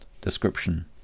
description